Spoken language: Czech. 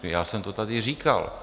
Já jsem to tady říkal.